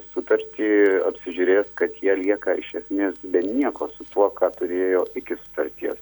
sutartį apsižiūrės kad jie lieka iš esmės be nieko su tuo ką turėjo iki sutarties